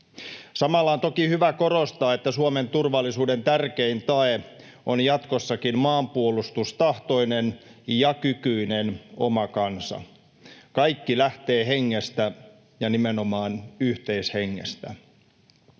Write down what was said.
Samalla on toki hyvä korostaa, että Suomen turvallisuuden tärkein tae on jatkossakin maanpuolustustahtoinen ja ‑kykyinen oma kansa. Kaikki lähtee hengestä ja nimenomaan yhteishengestä.